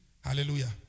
Hallelujah